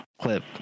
clip